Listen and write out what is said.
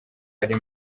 ari